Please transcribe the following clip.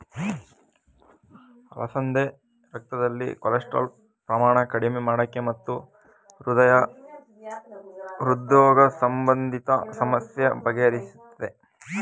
ಅಲಸಂದೆ ರಕ್ತದಲ್ಲಿ ಕೊಲೆಸ್ಟ್ರಾಲ್ ಪ್ರಮಾಣ ಕಡಿಮೆ ಮಾಡಕೆ ಮತ್ತು ಹೃದ್ರೋಗ ಸಂಬಂಧಿತ ಸಮಸ್ಯೆ ಬಗೆಹರಿಸ್ತದೆ